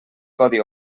codi